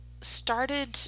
started